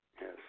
Yes